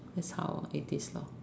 that's how it is lor